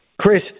Chris